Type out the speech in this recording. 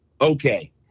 okay